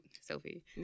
Sophie